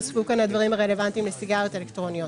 נוספו פה הדברים הרלוונטיים לסיגריות אלקטרונית.